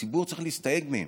והציבור צריך להסתייג מהם,